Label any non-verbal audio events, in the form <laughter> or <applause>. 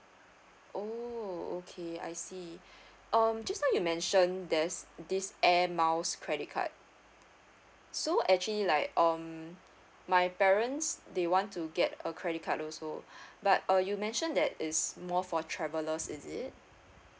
oh okay I see <breath> um just now you mentioned there's this Air Miles credit card so actually like um my parents they want to get a credit card also <breath> but uh you mention that it's more for travellers is it